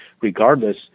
regardless